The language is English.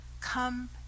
come